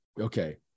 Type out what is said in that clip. Okay